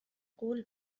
قول